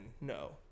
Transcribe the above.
no